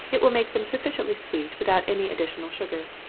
it will make them sufficiently sweet without any additional sugar.